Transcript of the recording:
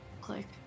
Click